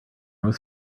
was